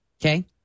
Okay